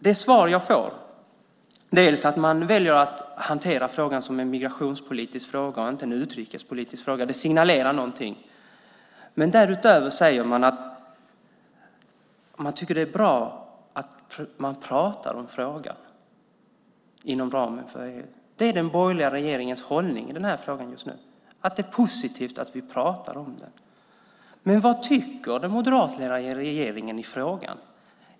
Det svar jag får är dels att man väljer att hantera frågan som en migrationspolitisk fråga i stället för en utrikespolitisk fråga, vilket signalerar någonting, dels att man säger att det är bra att man pratar om frågan inom ramen för EU. Det är den borgerliga regeringens hållning i frågan just nu, att det är positivt att vi pratar om det. Vad tycker den moderatledda regeringen i frågan?